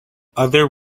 other